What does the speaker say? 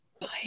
Bye